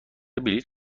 بلیط